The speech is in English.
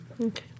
Okay